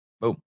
Boom